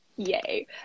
Yay